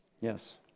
Yes